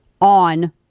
on